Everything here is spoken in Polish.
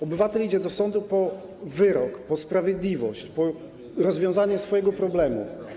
Obywatel idzie do sądu po wyrok, po sprawiedliwość, po rozwiązanie swojego problemu.